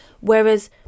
Whereas